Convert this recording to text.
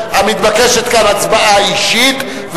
מתבקשת כאן הצבעה אישית,